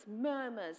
murmurs